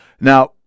Now